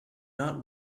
not